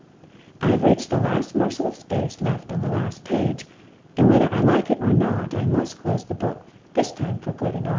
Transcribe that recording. i have reached the last morsel of space left on the last page and whether i like it or not, i must close the book this time for good and all,